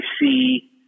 see